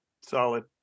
Solid